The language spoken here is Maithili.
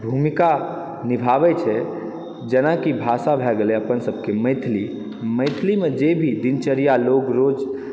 भूमिका निभावै छै जेना कि भाषा भए गेलै अपन सबके मैथिली मैथिलीमे जे भी दिनचर्या लोग रोज